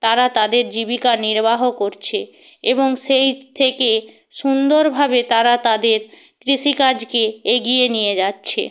তারা তাদের জীবিকা নির্বাহ করছে এবং সেই থেকে সুন্দরভাবে তারা তাদের কৃষিকাজকে এগিয়ে নিয়ে যাচ্ছে